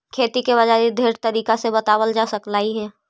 खेती के बाजारी ढेर तरीका से बताबल जा सकलाई हे